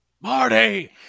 Marty